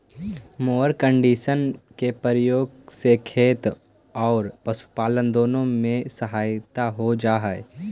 mower conditioner के प्रयोग से खेत औउर पशुपालन दुनो में सहायता हो जा हई